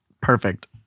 perfect